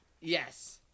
yes